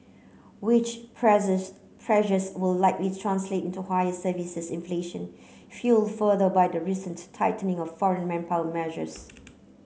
wage pressures will likely translate into higher services inflation fuelled further by the recent tightening of foreign manpower measures